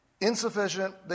insufficient